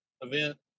event